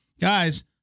guys